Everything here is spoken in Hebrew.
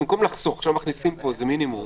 מכניסים פה עכשיו מינימום